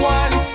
one